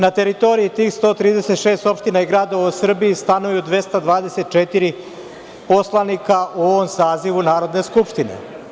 Na teritoriji tih 136 opština i gradova u Srbiji stanuju 224 poslanika u ovom sazivu Narodne skupštine.